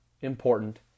important